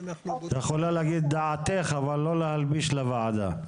את יכולה להגיד דעתך אבל לא להלביש לוועדה.